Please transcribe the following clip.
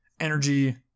energy